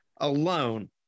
alone